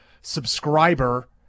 subscriber